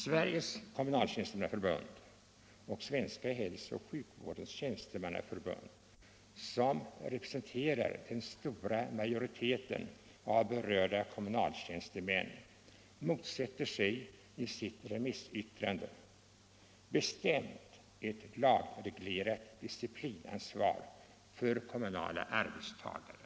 Sveriges kommunaltjänstemannaförbund och Svenska hälsooch sjukvårdens tjänstemannaförbund, som representerar den stora majoriteten av berörda kommunaltjänstemän, motsätter sig i sitt remissyttrande bestämt ett lagreglerat disciplinansvar för kommunala arbetstagare.